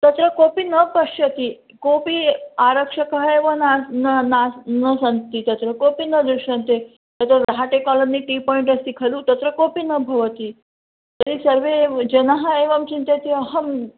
तत्र कोपि न पश्यति कोपि आरक्षकः एव नास्ति न नास्ति न सन्ति तत्र कोपि न दृश्यन्ते एतद् रहाटेकालनि टी पाय्ण्ट् अस्ति खलु तत्र कोपि न भवति तर्हि सर्वे जनाः एवं चिन्तयन्ति अहम्